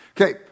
Okay